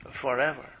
forever